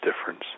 difference